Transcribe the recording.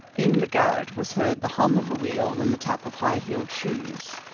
in the garret was heard the hum of a wheel and the tap of high-heeled shoes,